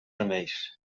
remeis